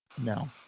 No